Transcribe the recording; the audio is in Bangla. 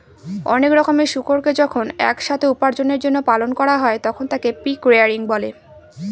অনেক রকমের শুকুরকে যখন এক সাথে উপার্জনের জন্য পালন করা হয় তাকে পিগ রেয়ারিং বলে